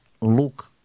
look